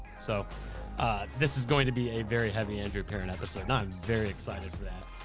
so this is going to be a very heavy andrew perrin episode. and i'm very excited for that.